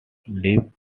lives